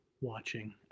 watching